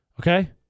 Okay